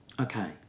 Okay